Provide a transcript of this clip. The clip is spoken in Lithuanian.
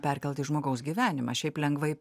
perkelt į žmogaus gyvenimą šiaip lengvai